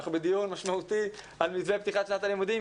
אנחנו בדיון משמעותי על מתווה פתיחת שנת הלימודים,